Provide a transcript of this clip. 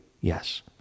Yes